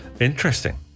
Interesting